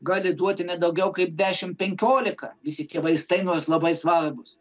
gali duoti ne daugiau kaip dešimt penkiolika visi tie vaistai nors labai svarbūs